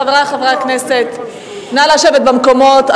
חברי חברי הכנסת, נא לשבת במקומות.